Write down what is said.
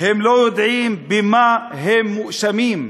הם לא יודעים במה הם מואשמים.